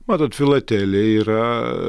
matot filatelija yra